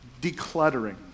decluttering